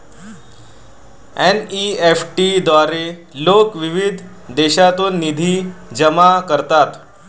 NEFT द्वारे लोक विविध देशांतून निधी जमा करतात